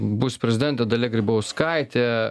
bus prezidentė dalia grybauskaitė